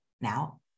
now